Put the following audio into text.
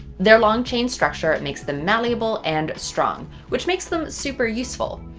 they're long chain structure makes them malleable and strong, which makes them super useful.